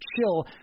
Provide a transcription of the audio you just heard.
chill